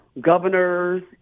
governors